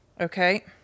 Okay